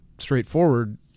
straightforward